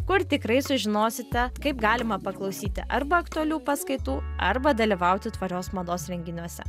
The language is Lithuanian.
kur tikrai sužinosite kaip galima paklausyti arba aktualių paskaitų arba dalyvauti tvarios mados renginiuose